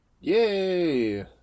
Yay